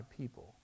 people